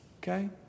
Okay